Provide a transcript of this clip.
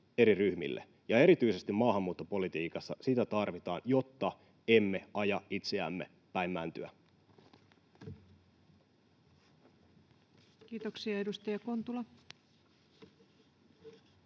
eri ryhmille. Ja erityisesti maahanmuuttopolitiikassa sitä tarvitaan, jotta emme aja itseämme päin mäntyä. [Speech 240] Speaker: